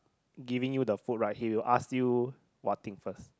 giving you the food right he will ask you what thing first